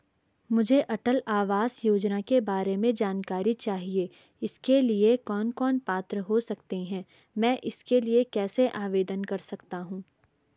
मुझे अटल आवास योजना के बारे में जानकारी चाहिए इसके लिए कौन कौन पात्र हो सकते हैं मैं इसके लिए कैसे आवेदन कर सकता हूँ?